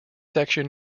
section